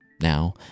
now